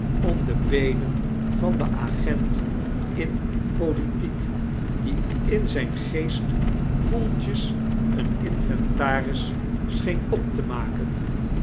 om de beenen van den agent in politiek die in zyn geest koeltjes een inventaris scheen op te maken